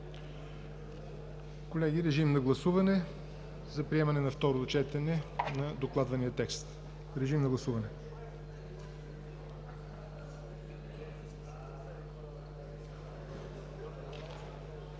Колеги, режим на гласуване за приемане на второ четене на докладвания текст. Гласували